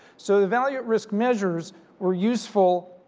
so the value at risk measures were useful